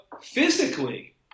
physically